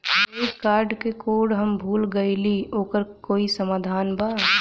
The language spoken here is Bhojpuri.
क्रेडिट कार्ड क कोड हम भूल गइली ओकर कोई समाधान बा?